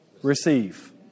receive